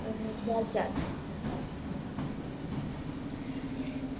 होर केह् हाल चाल